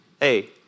hey